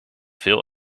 veel